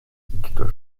viktor